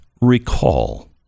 recall